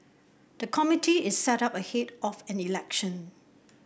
the committee is set up ahead of an election